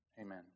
Amen